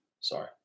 Sorry